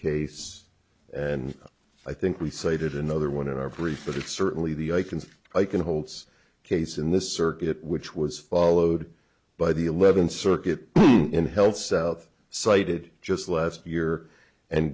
case and i think we cited another one in our brief but it's certainly the i can see i can holds case in this circuit which was followed by the eleventh circuit in health south cited just last year and